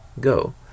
Go